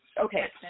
okay